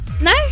No